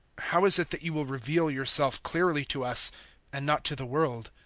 how is it that you will reveal yourself clearly to us and not to the world?